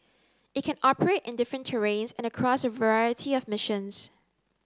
it can operate in different terrains and across a variety of missions